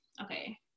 okay